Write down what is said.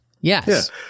Yes